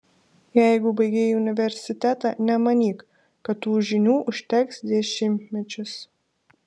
jeigu baigei universitetą nemanyk kad tų žinių užteks dešimtmečius